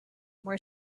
were